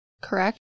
correct